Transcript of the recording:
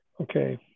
Okay